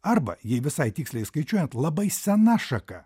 arba jai visai tiksliai skaičiuojant labai sena šaka